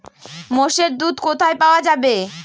মোষের দুধ কোথায় পাওয়া যাবে?